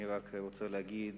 אני רק רוצה להגיד